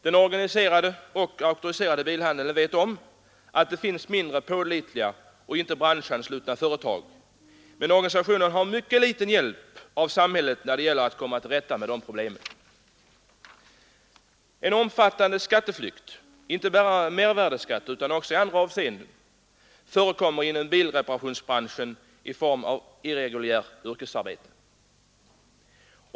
Den organiserade och auktoriserade bilhandeln vet om att det finns mindre pålitliga och inte branschanslutna företag, men organisationen har mycket liten hjälp av samhället när det gäller att komma till rätta med de problemen. En omfattande skatteflykt — inte bara när det gäller mervärdeskatt utan också i andra avseenden — förekommer inom bilreparationsbranschen i anslutning till irreguljärt yrkesarbete.